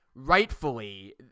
Rightfully